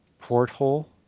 porthole